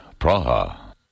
Praha